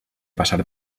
passar